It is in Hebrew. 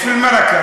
במרק).